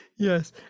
Yes